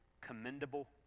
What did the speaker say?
commendable